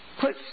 Put